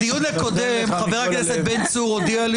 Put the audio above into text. בדיון הקודם חבר הכנסת בן צור הודיע לי